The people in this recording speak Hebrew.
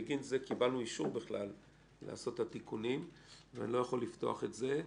בגין זה קיבלנו אישור לעשות את התיקונים ואני לא יכול לפתוח את זה.